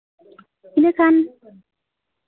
ᱤᱱᱟᱹᱠᱷᱟᱱ